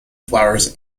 flowers